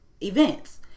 events